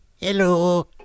Hello